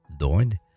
Lord